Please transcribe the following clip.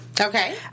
Okay